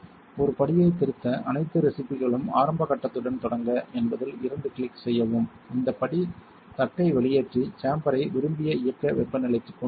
ஒரு படியைத் திருத்த அனைத்து ரெஸிப்பிகளும் ஆரம்ப கட்டத்துடன் தொடங்க என்பதில் இரண்டு கிளிக் செய்யவும் இந்த படி தட்டை வெளியேற்றி சேம்பரை விரும்பிய இயக்க வெப்பநிலைக்கு கொண்டு வரும்